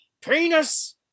Penis